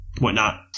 whatnot